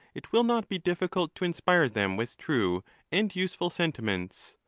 it will not be difficult to inspire them with true and useful sentiments.